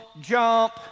jump